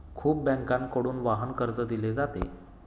खूप बँकांकडून वाहन कर्ज दिले जाते